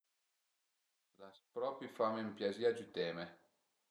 L'as propi fame ën piazì a giüteme